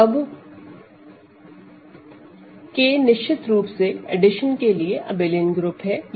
अब K निश्चित रूप से एडिशिन के लिए अबेलियन ग्रुप है